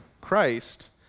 Christ